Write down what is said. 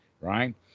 right